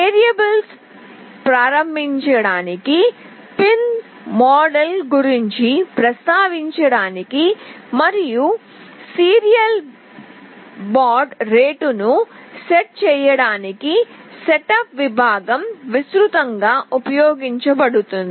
variables ప్రారంభించడానికి pin మోడ్ల గురించి ప్రస్తావించడానికి మరియు సీరియల్ బాడ్ రేట్ను సెట్ చేయడానికి సెటప్ విభాగం విస్తృతంగా ఉపయోగించబడుతుంది